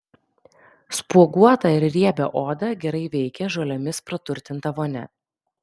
spuoguotą ir riebią odą gerai veikia žolėmis praturtinta vonia